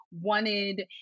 wanted